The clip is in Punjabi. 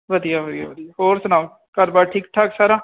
ਵਧੀਆ ਵਧੀਆ ਹੋਰ ਸੁਣਾਓ ਘਰ ਬਾਰ ਠੀਕ ਠਾਕ ਸਾਰਾ